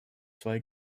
zwei